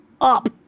up